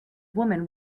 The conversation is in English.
woman